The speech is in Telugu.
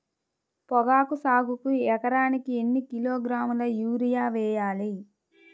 పొగాకు సాగుకు ఎకరానికి ఎన్ని కిలోగ్రాముల యూరియా వేయాలి?